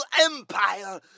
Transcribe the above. empire